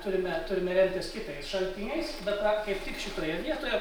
turime turime remtis kitais šaltiniais bet kaip tik šitoje vietoje